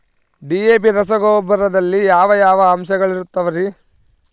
DAP ರಸಗೊಬ್ಬರದಲ್ಲಿ ಯಾವ ಯಾವ ಅಂಶಗಳಿರುತ್ತವರಿ?